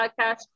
podcast